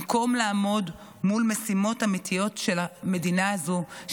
במקום לעמוד מול משימות אמיתיות של המדינה הזאת,